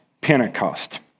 Pentecost